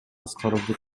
аскаровду